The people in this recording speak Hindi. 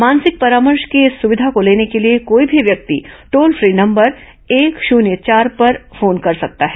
मानसिक परामर्श की इस सुविधा को लेने के लिए कोई भी व्यक्ति टोल फ्री नंबर एक शुन्य चार पर फोन कर सकता है